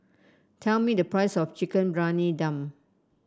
tell me the price of Chicken Briyani Dum